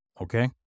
Okay